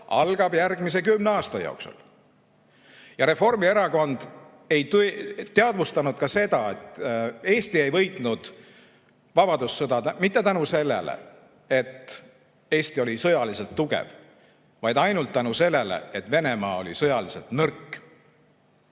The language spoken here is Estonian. algab järgmise kümne aasta jooksul. Reformierakond ei teadvustanud ka seda, et Eesti ei võitnud vabadussõda mitte tänu sellele, et Eesti oli sõjaliselt tugev, vaid ainult tänu sellele, et Venemaa oli sõjaliselt nõrk.